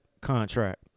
contract